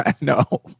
No